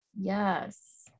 yes